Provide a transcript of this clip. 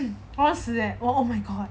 我们死 leh